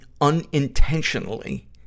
unintentionally